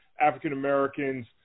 African-Americans